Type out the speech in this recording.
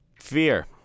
fear